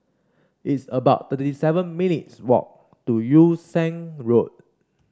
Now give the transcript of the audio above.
it's about thirty seven minutes' walk to Yew Siang Road